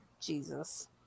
jesus